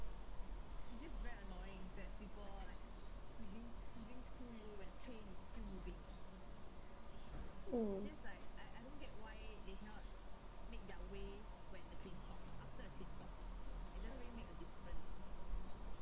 mm